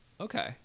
Okay